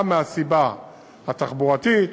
גם מהסיבה התחבורתית,